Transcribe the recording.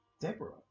Deborah